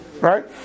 Right